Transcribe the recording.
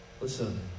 Listen